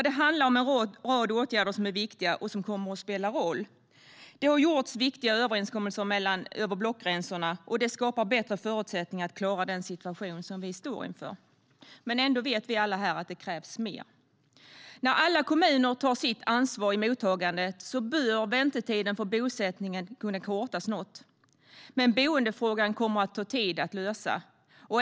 Det handlar om en rad åtgärder som är viktiga och som kommer att spela roll. Det har gjorts viktiga överenskommelser över blockgränsen, och det skapar bättre förutsättningar för att klara den situation som vi står inför. Ändå vet vi alla här att det krävs mer. När alla kommuner tar sitt ansvar i mottagandet bör väntetiden för bosättningen kunna kortas något. Men boendefrågan kommer att ta tid att lösa.